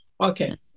Okay